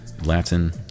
latin